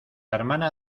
hermana